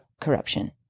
corruption